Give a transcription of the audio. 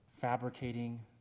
fabricating